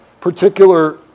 particular